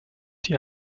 die